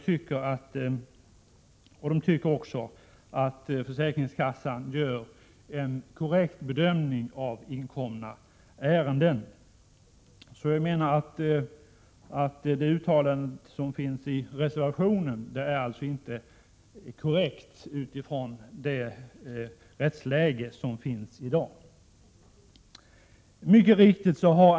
De tycker också att försäkringskassan gör en korrekt bedömning av inkomna ärenden. Uttalandet i reservationen är därför inte korrekt med tanke på rådande rättsläge.